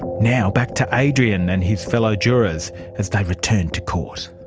now back to adrian and his fellow jurors as they returned to court.